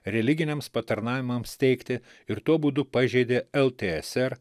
religiniams patarnavimams teikti ir tuo būdu pažeidė ltsr